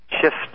shift